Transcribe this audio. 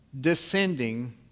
descending